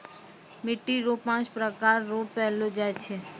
मिट्टी रो पाँच प्रकार रो पैलो जाय छै